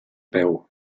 veu